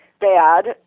bad